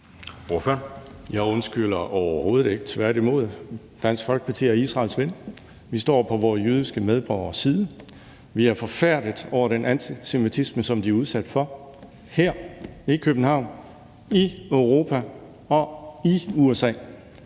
Jeg undskylder overhovedet ikke, tværtimod. Dansk Folkeparti er Israels ven. Vi står på vore jødiske medborgeres side. Vi er forfærdede over den antisemitisme, som de er udsat for her i København, i Europa og i USA.